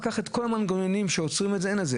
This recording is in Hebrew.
אין לפקח את כל המנגנונים שעוצרים את זה.